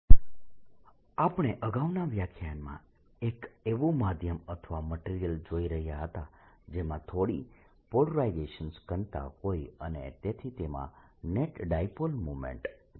electric polarization અને bound charges II આપણે અગાઉના વ્યાખ્યાનમાં એક એવું માધ્યમ અથવા મટીરીયલ જોઈ રહ્યા હતા જેમાં થોડી પોલરાઇઝેશન ઘનતા હોય અને તેથી તેમાં નેટ ડાયપોલ મોમેન્ટ છે